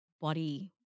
body